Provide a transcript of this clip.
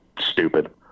stupid